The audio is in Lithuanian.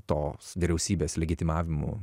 to vyriausybės legitimavimu